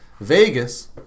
Vegas